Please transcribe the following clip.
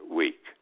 week